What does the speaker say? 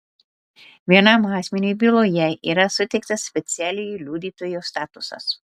vienam asmeniui byloje yra suteiktas specialiojo liudytojo statusas